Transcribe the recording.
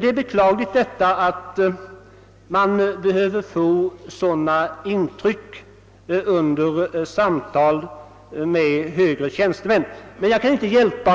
Det är beklagligt att man skall behöva få sådana intryck under samtal med högre tjänstemän, men jag kan inte hjälpa